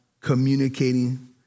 communicating